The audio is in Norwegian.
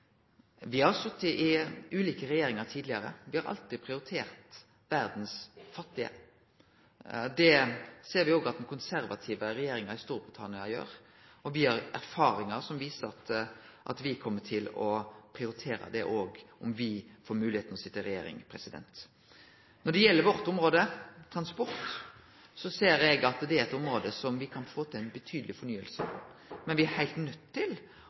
Me har sete i ulike regjeringar tidlegare. Me har alltid prioritert verdas fattige. Det ser me òg at den konservative regjeringa i Storbritannia gjer, og me har erfaringar som viser at me kjem til å prioritere det òg, om me får moglegheit til å sitje i regjering. Når det gjeld vårt område – transport – ser eg at det er eit område der me kan få til ei betydeleg fornying. Men me er heilt nøydde til